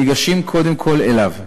ניגשים קודם כול אליו".